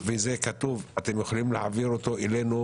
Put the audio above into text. וזה כתוב, אתם יכולים להעבירו אלינו.